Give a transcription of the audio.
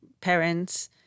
parents